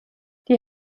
die